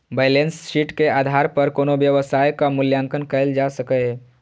balance sheet के आधार पर कोनो व्यवसायक मूल्यांकन कैल जा सकैए